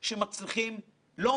בדוח הצגנו רשימה ארוכה